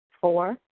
Four